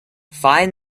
find